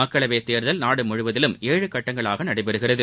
மக்களவை தேர்தல் நாடு முழுவதிலும் ஏழு கட்டங்களாக நடைபெறுகிறது